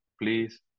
please